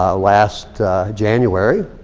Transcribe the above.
ah last january,